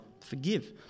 forgive